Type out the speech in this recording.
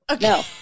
No